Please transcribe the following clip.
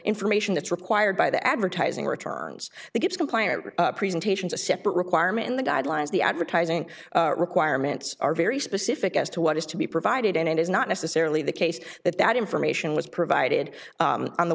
information that's required by the advertising returns the gives complier presentations a separate requirement in the guidelines the advertising requirements are very specific as to what is to be provided and it is not necessarily the case that that information was provided on the